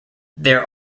there